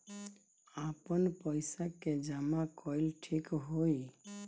आपन पईसा के जमा कईल ठीक होई?